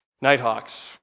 Nighthawks